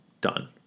done